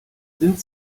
sind